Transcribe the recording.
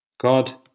God